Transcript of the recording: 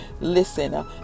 listen